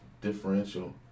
differential